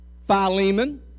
philemon